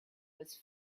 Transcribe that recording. was